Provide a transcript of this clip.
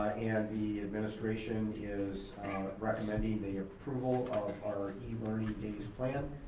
and the administration is recommending the approval of our e-learning days planned.